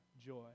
joy